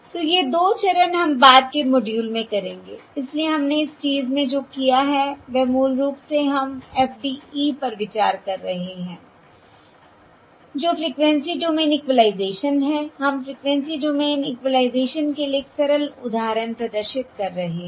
तो ये 2 चरण हम बाद के मॉड्यूल में करेंगे इसलिए हमने इस चीज़ में जो किया है वह मूल रूप से हम FDE पर विचार कर रहे हैं जो फ़्रिक्वेंसी डोमेन इक्वलाइज़ेशन है हम फ़्रीक्वेंसी डोमेन इक्वलाइज़ेशन के लिए एक सरल उदाहरण प्रदर्शित कर रहे हैं